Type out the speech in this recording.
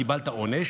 קיבלת עונש